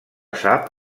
sap